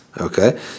okay